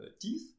teeth